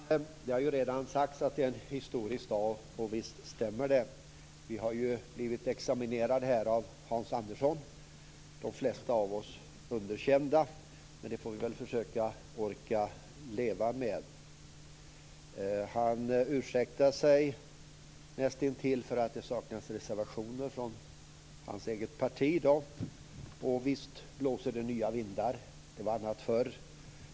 Fru talman! Det har redan sagts att detta är en historisk dag, och visst stämmer det. Vi har ju här blivit examinerade av Hans Andersson. De flesta av oss blev underkända, men det får vi väl försöka orka leva med. Han ursäktar sig nästintill för att det saknas reservationer från hans eget parti i dag, och visst blåser det nya vindar. Det var annat förr.